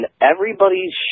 everybody's